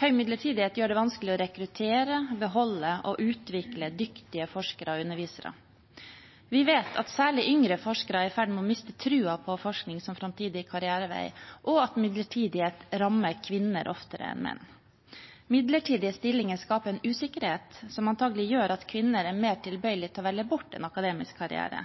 Høy midlertidighet gjør det vanskelig å rekruttere, beholde og utvikle dyktige forskere og undervisere. Vi vet at særlig yngre forskere er i ferd med å miste troen på forskning som en framtidig karrierevei, og at midlertidighet rammer kvinner oftere enn menn. Midlertidige stillinger skaper en usikkerhet som antagelig gjør at kvinner er mer tilbøyelig til å velge bort en akademisk karriere.